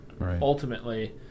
ultimately